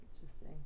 Interesting